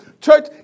Church